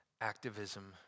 activism